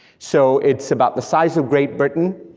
so it's about the size of great britain,